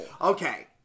Okay